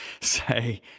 say